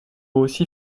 aussi